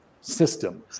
system